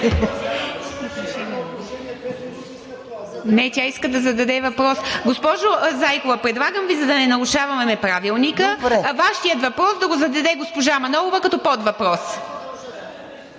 Не, тя иска да зададе въпрос. Госпожо Зайкова, предлагам Ви, за да не нарушаваме Правилника, Вашият въпрос да го зададе госпожа Манолова като подвъпрос.